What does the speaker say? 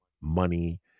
money